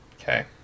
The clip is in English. Okay